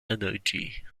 energy